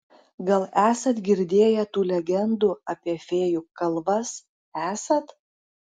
gal esat girdėję tų legendų apie fėjų kalvas esat